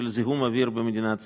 של זיהום אוויר במדינת ישראל.